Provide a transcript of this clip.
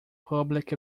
public